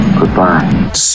Goodbye